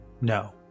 no